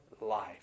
life